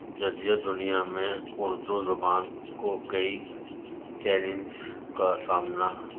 جدید دنیا میں اردو زبان کو کئی چیلنز کا سامنا